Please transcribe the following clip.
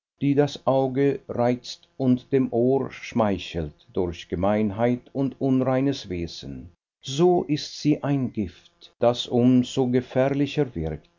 die das auge reizt und dem ohr schmeichelt durch gemeinheit und unreines wesen so ist sie ein gift das um so gefährlicher wirkt